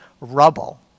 rubble